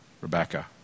Rebecca